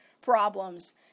problems